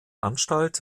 anstalt